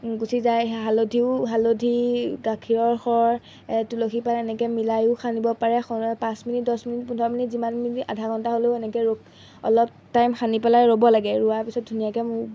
গুচি যায় হালধিও হালধি গাখীৰৰ সৰ এ তুলসী পাত এনেকৈ মিলাইও সানিব পাৰে সনা পাঁচ মিনিট দছ মিনিট পোন্ধৰ মিনিট যিমান মিনিট আধা ঘণ্টা হ'লেও এনেকৈ ৰখি অলপ টাইম সানি পেলাই ৰ'ব লাগে ৰোৱাৰ পিছত ধুনীয়াকৈ মুখ